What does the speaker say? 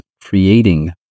creating